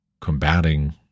combating